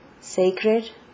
Sacred